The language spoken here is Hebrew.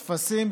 טפסים,